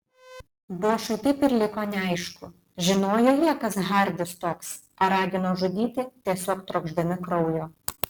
bošui taip ir liko neaišku žinojo jie kas hardis toks ar ragino žudyti tiesiog trokšdami kraujo